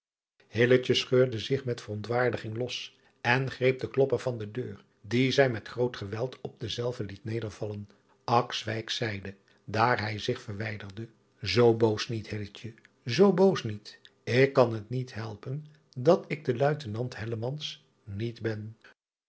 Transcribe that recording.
scheurde zich met verontwaardiging los en greep den klopper van de deur dien zij met groot geweld op dezelve liet nedervallen zeide daar hij zich verwijderde zoo boos niet zoo boos niet k kan het niet helpen dat ik de uitenant niet ben